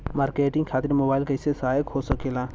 Marketing खातिर mobile कइसे सहायक हो सकेला?